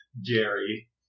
Jerry